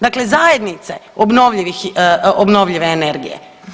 Dakle, zajednice obnovljive energije.